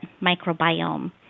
microbiome